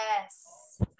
yes